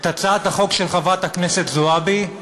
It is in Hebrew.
את הצעת החוק של חברת הכנסת זועבי.